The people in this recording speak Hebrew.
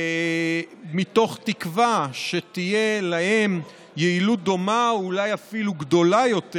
מתוך תקווה שתהיה להם יעילות דומה או אפילו גדולה יותר,